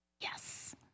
yes